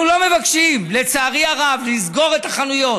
אנחנו לא מבקשים, לצערי הרב, לסגור את החנויות,